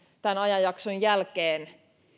tämän ajanjakson jälkeen